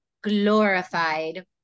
glorified